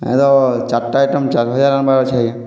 ଆମେ ତ ଚାରଟା ଆଇଟମ୍ ଚାର ବଜେ ନେବାର୍ ଅଛେ ଆଜ୍ଞା